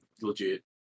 Legit